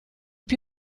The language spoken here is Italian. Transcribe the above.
più